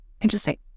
Interesting